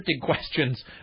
questions